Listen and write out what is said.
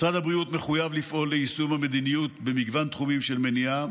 משרד הבריאות מחויב לפעול ליישום המדיניות במגוון תחומים של מניעה